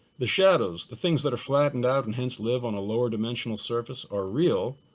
the shadows. the things that are flattened out, and hence live on a lower dimensional surface or real.